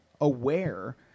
aware